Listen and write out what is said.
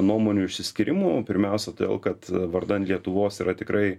nuomonių išsiskyrimų pirmiausia todėl kad vardan lietuvos yra tikrai